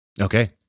Okay